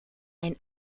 ein